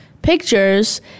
pictures